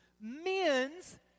Men's